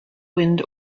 wind